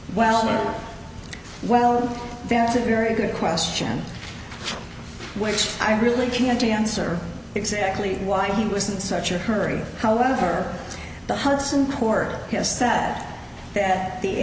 wellman well that's a very good question which i really can't answer exactly why he was in such a hurry however the hudson corps has said that the